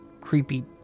creepy